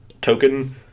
token